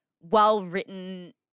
well-written